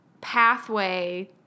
pathway